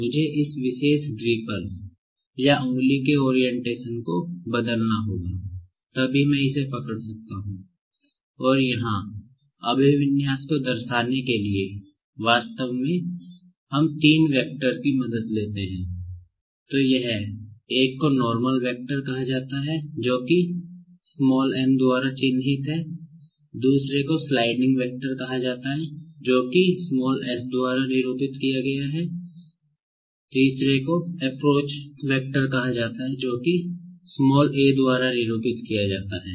अब मुझे एक रोबोटिक कहा जाता है जो कि a द्वारा निरूपित किया जाता है